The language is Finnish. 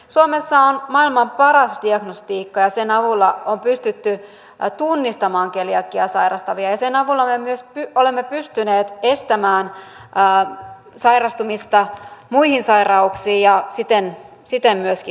suomessa on maailman paras diagnostiikka ja sen avulla on pystytty tunnistamaan keliakiaa sairastavia ja sen avulla me myös olemme pystyneet estämään sairastumista muihin sairauksiin ja siten myöskin säästämään